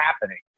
happening